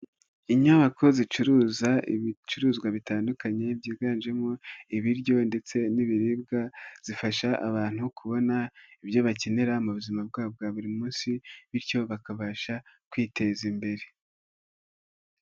Inyubako zicuruza ibicuruzwa bitandukanye byiganjemo ibiryo ndetse n'ibiribwa, zifasha abantu kubona ibyo bakenera mu buzima bwabo bwa buri munsi bityo bakabasha kwiteza imbere.